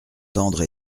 tendre